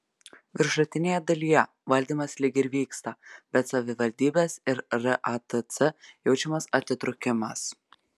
viršutinėje dalyje valdymas lyg ir vyksta bet savivaldybėse ir ratc jaučiamas atitrūkimas